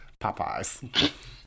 Popeyes